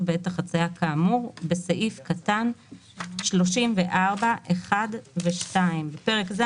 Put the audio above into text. בעת החצייה כאמור בסעיף 34(1) ו-(2) (בפרק זה,